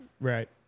Right